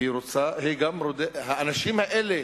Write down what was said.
האנשים האלה,